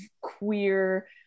queer